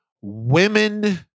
Women